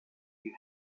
you